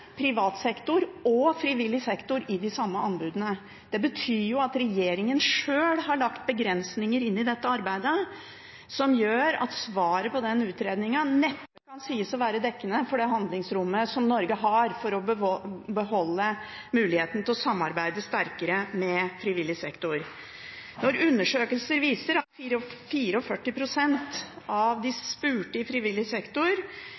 i de samme anbudene. Det betyr at regjeringen sjøl har lagt begrensninger inn i dette arbeidet, som gjør at svaret på den utredningen neppe kan sies å være dekkende for det handlingsrommet Norge har for å beholde muligheten til å samarbeide sterkere med frivillig sektor. Når undersøkelser viser at 44 pst. av de spurte i frivillig sektor